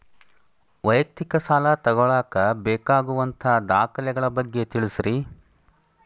ವೈಯಕ್ತಿಕ ಸಾಲ ತಗೋಳಾಕ ಬೇಕಾಗುವಂಥ ದಾಖಲೆಗಳ ಬಗ್ಗೆ ತಿಳಸ್ರಿ